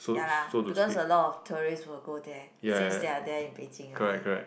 ya lah because a lot of tourist will go there since they are there in Beijing already